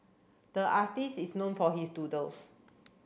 the artist is known for his doodles